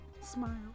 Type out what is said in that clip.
Smile